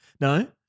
No